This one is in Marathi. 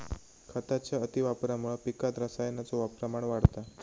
खताच्या अतिवापरामुळा पिकात रसायनाचो प्रमाण वाढता